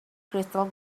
crystal